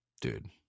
Dude